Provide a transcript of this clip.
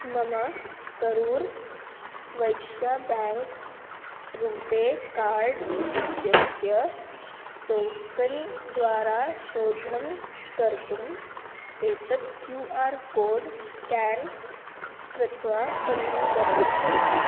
मम Karur Vysya bank RuPay card इत्यस्य token द्वारा शोधनं कर्तुम् एतत् क्यू आर् कोड् स्केन् कृत्वा पञ्जीकरणं कुरु